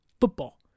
football